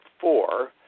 four